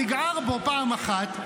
תגער בו פעם אחת,